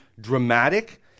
dramatic